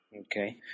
Okay